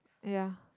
ya